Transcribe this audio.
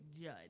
judge